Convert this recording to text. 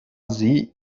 sie